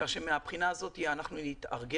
כך שמן הבחינה הזאת אנחנו נתארגן.